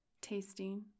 tasting